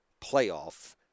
playoff